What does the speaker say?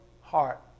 heart